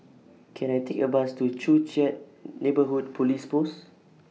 Can I Take A Bus to Joo Chiat Neighbourhood Police Post